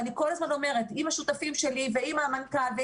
ואני כל הזמן אומרת עם השותפים שלי ועם המנכ"ל,